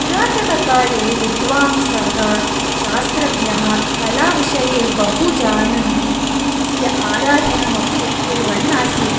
पुरातनकाले विद्वांसः शास्त्रज्ञः कलाविषये बहु जानन्ति तस्य आराधनमपि कुर्वन् आसीत्